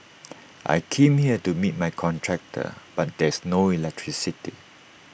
I came here to meet my contractor but there's no electricity